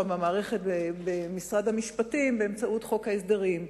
במשרד המשפטים באמצעות חוק ההסדרים,